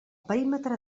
perímetre